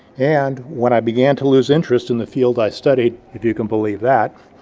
and when i began to lose interest in the field i studied, if you can believe that,